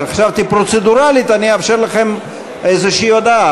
אבל חשבתי שפרוצדורלית אני אאפשר לכם איזו הודעה.